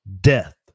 death